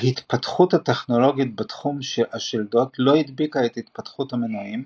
ההתפתחות הטכנולוגית בתחום השלדות לא הדביקה את התפתחות המנועים,